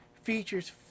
Features